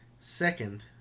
Second